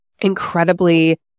incredibly